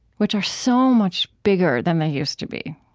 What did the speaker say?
which are so much bigger than they used to be,